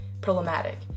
problematic